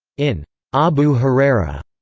in abu herrera,